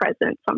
present